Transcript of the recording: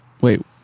wait